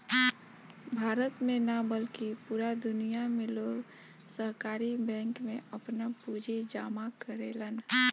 भारत में ना बल्कि पूरा दुनिया में लोग सहकारी बैंक में आपन पूंजी जामा करेलन